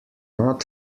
not